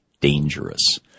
dangerous